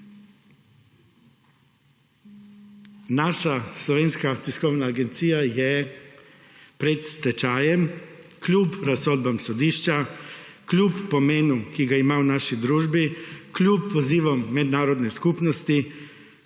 Naša Slovenska tiskovna agencija je pred stečajem kljub razsodbam sodišča kljub pomenu, ki ga ima v naši družbi kljub pozivom mednarodne skupnosti